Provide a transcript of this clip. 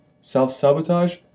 Self-sabotage